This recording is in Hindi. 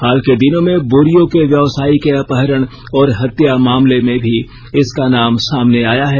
हाल के दिनों में बोरियो के व्यवसायी के अपहरण और हत्या मामले में भी इसका नाम सामने आया है